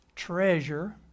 treasure